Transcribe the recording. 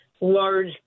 Large